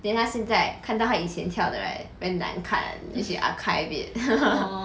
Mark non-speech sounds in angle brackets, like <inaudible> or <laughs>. then 他现在看到他以前跳的 right very 难看 then she archive it <laughs>